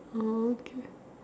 okay